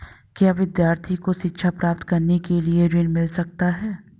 क्या विद्यार्थी को शिक्षा प्राप्त करने के लिए ऋण मिल सकता है?